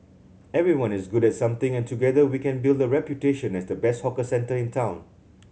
everyone is good at something and together we can build a reputation as the best hawker centre in town